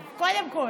מזל טוב, קודם כול.